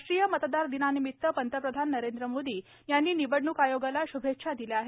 राष्ट्रीय मतदारदिना निमित्त पंतप्रधान नरेंद्र मोदी यांनी निवडणूक आयोगाला श्भेच्छा दिल्या आहेत